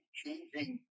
changing